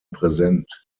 präsent